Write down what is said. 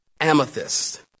amethyst